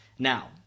Now